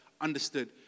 understood